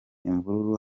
imvururu